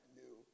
new